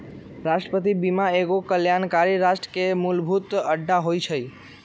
राष्ट्रीय बीमा एगो कल्याणकारी राष्ट्र के मूलभूत अङग होइ छइ